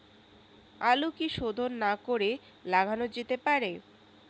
আলু কি শোধন না করে লাগানো যেতে পারে?